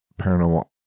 paranormal